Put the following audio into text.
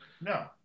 No